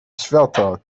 świata